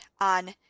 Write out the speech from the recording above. on